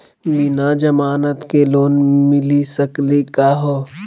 बिना जमानत के लोन मिली सकली का हो?